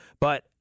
but-